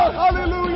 hallelujah